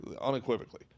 unequivocally